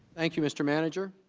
thank you mr. manager